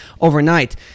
overnight